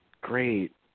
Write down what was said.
great